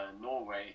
norway